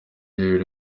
yoweli